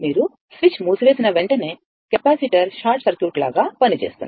మీరు స్విచ్ మూసివేసిన వెంటనే కెపాసిటర్ షార్ట్ సర్క్యూట్ లాగా పనిచేస్తుంది